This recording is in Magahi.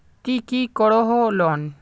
ती की करोहो लोन?